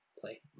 Play